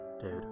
dude